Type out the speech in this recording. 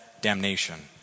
damnation